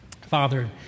Father